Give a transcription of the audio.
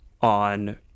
on